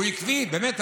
הוא עקבי באמת,